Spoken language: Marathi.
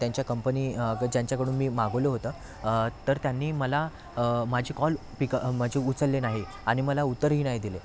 त्यांच्या कंपनी ज्यांच्याकडून मी मागवलं होतं तर त्यांनी मला माझे कॉल पिक म्हणजे उचलले नाही आणि मला उत्तरही नाही दिले